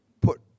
put